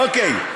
אוקיי.